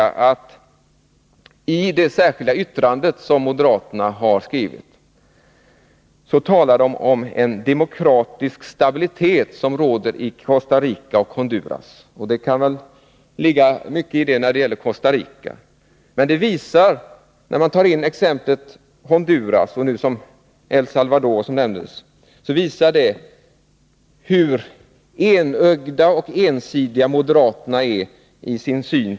I moderaternas särskilda yttrande talas det om att det råder demokratisk stabilitet i Costa Rica och Honduras. Det kan stämma när det gäller Costa Rica. Men att man tar in Honduras och El Salvador, som nu nämndes, visar hur enögda och ensidiga moderaterna är i sin syn.